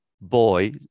boy